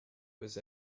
was